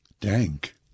Dank